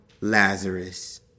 Lazarus